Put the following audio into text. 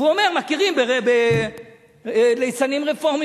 ואומר שמכירים בליצנים רפורמים